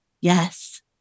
Yes